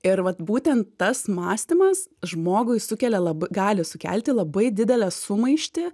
ir vat būten tas mąstymas žmogui sukelia lab gali sukelti labai didelę sumaištį